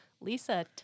Lisa